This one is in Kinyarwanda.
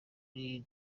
muri